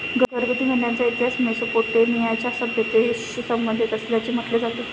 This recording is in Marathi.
घरगुती मेंढ्यांचा इतिहास मेसोपोटेमियाच्या सभ्यतेशी संबंधित असल्याचे म्हटले जाते